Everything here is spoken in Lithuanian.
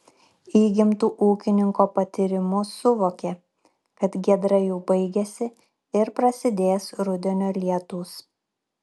įgimtu ūkininko patyrimu suvokė kad giedra jau baigiasi ir prasidės rudenio lietūs